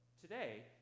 today